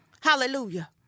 Hallelujah